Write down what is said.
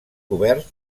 cobert